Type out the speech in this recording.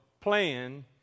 plan